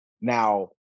Now